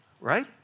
right